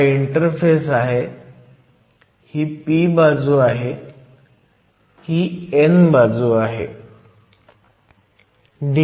हा इंटरफेस आहे ही p बाजू आहे ही n बाजू आहे